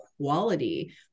quality